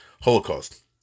Holocaust